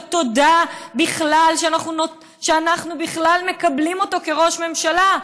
תודה שאנחנו בכלל מקבלים אותו כראש ממשלה.